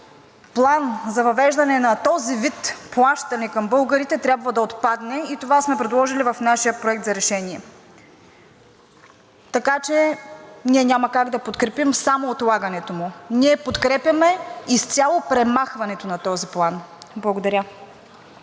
план за въвеждане на този вид плащане към българите трябва да отпадне и това сме предложили в нашия Проект за решение. Ние няма как да подкрепим само отлагането му, ние подкрепяме изцяло премахването на този план. Благодаря.